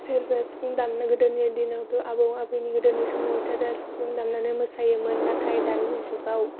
सेरजा सिफुं दामनो गोदोनि दिनावथ' आबै आबौनि गोदोनि समाव सेरजा सिफुं दामनानै मोसायोमोन नाथाय दानि जुगाव